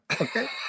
okay